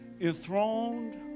enthroned